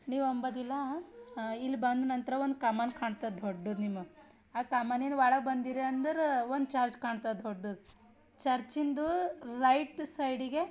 ನೀವು ಅಂಬೋದಿಲ್ಲ ಇಲ್ಲಿ ಬಂದ ನಂತರ ಒಂದು ಕಮಾನು ಕಾಣ್ತದೆ ದೊಡ್ಡದು ನಿಮ ಆ ಕಮಾನಿನ ಒಳಗೆ ಬಂದಿರಿ ಅಂದ್ರೆ ಒಂದು ಚರ್ಚ್ ಕಾಣ್ತದೆ ದೊಡ್ಡದು ಚರ್ಚಿನದು ರೈಟ್ ಸೈಡಿಗೆ